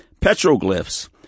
petroglyphs